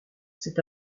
c’est